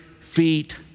feet